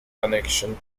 connection